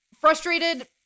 Frustrated